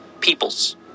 peoples